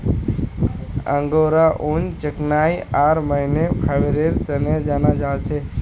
angora ऊन चिकनाई आर महीन फाइबरेर तने जाना जा छे